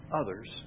others